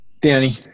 Danny